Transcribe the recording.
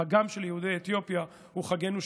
חגם של יהודי אתיופיה הוא חגנו שלנו,